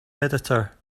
editor